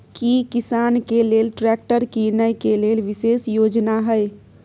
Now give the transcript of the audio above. की किसान के लेल ट्रैक्टर कीनय के लेल विशेष योजना हय?